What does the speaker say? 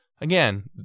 Again